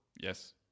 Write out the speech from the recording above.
Yes